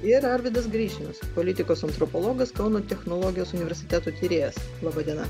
ir arvydas grišninas politikos antropologas kauno technologijos universiteto tyrėjas laba diena